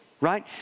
right